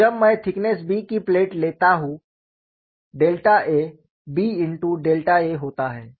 तो जब मैं थिकनेस B की प्लेट लेता हूं a Ba होता है